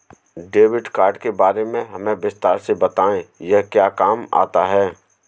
Debit card के बारे में हमें विस्तार से बताएं यह क्या काम आता है?